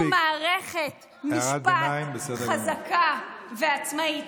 הוא מערכת משפט חזקה ועצמאית.